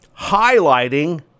highlighting